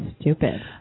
stupid